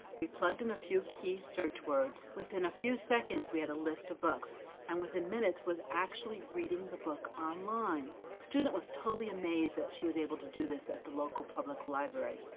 we plugged in a few key search words, within a few seconds we had a list of books and within minutes, was actually reading the book online. the student was totally amazed that she was able to do this at the local public library.